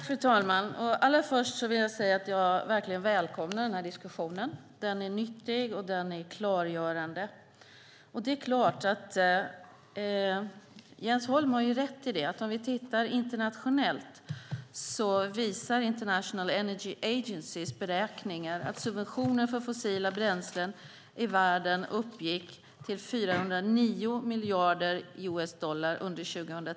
Fru talman! Allra först vill jag säga att jag verkligen välkomnar den här diskussionen. Den är nyttig, och den är klargörande. Jens Holm har rätt i att tittar vi på hur det ser ut internationellt kan vi se att International Energy Agencys beräkningar visar att subventionerna för fossila bränslen i världen uppgick till 409 miljarder US-dollar under 2010.